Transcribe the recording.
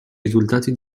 risultati